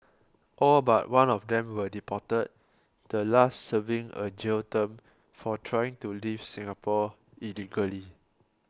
all but one of them were deported the last serving a jail term for trying to leave Singapore illegally